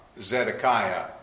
Zedekiah